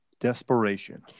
Desperation